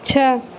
छः